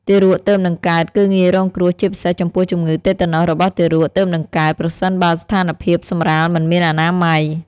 ទារកទើបនឹងកើតគឺងាយរងគ្រោះជាពិសេសចំពោះជំងឺតេតាណូសរបស់ទារកទើបនឹងកើត ប្រសិនបើស្ថានភាពសម្រាលមិនមានអនាម័យ។